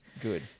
Good